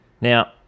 Now